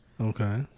Okay